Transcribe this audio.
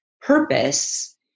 purpose